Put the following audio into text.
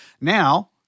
Now